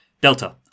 Delta